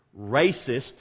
racist